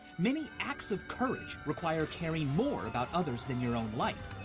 many acts of courage require caring more about others than your own life.